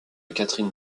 catherine